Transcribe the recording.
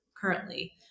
currently